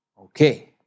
Okay